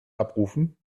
abrufen